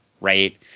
Right